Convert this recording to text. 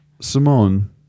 Simone